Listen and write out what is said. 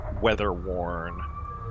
weather-worn